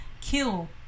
kill